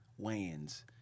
Wayans